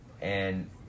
And-